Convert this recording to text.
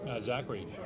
Zachary